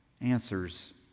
answers